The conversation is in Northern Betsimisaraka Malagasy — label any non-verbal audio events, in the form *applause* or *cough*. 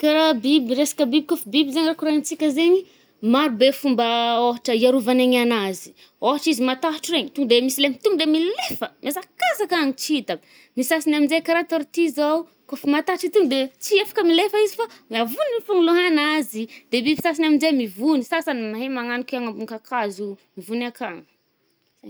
Ka raha biby- resaka biby kôfa biby zay raha koranitsika zaigny i, maro be fomba *hesitation* ôhatra iarovany egny anazy. Ôhatra izy matahatra regny, to nde misy le to nde milefa, miazakazaka agny tsita aby, le sasany aminje ka raha tortue zao, kôfa matahatra to nde tsy afaka milefa izy fô navonigny fô lôhanazy. De biby sasany aminje mivony, sasany mahay magnanika agny ambony kakazo oh mivogny akagny. Zay.